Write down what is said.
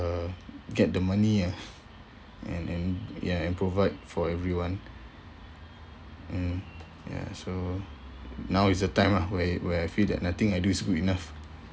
uh get the money ah and and ya and provide for everyone mm ya so now is the time lah where where I feel that nothing I do is good enough